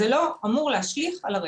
זה לא אמור להשליך על הרשת.